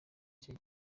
icyo